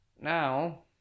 Now